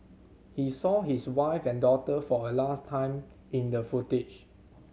he saw his wife and daughter for a last time in the footage